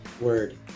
Word